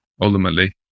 Ultimately